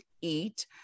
eat